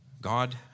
God